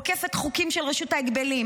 עוקפת חוקים של רשות ההגבלים,